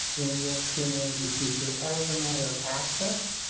in new york screen energy future as a matter of access.